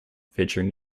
featuring